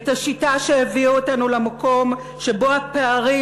את השיטה שהביאה אותנו למקום שבו הפערים